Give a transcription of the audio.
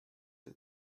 the